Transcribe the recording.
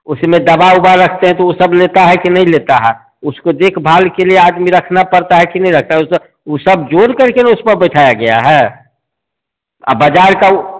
उसी में दवा ववा लगते हैं तो वह सब लेता है के नहीं लेता है उसको देखभाल के लिए आदमी रखना पड़ता है के नहीं रहता है वह सब वह सब जोड़ करके ही सब बताया गया है अब बाज़ार का वह